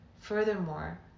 Furthermore